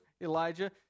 Elijah